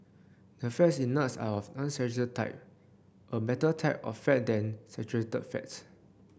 the fats in nuts are of unsaturated type a better type of fat than saturated fats